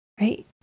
right